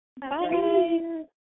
Bye